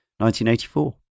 1984